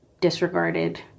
disregarded